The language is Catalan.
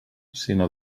sinó